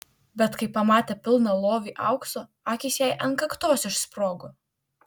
bet kai pamatė pilną lovį aukso akys jai ant kaktos išsprogo